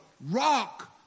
rock